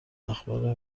اخبار